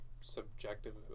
subjective